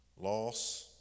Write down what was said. loss